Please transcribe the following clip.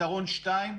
פתרון 2,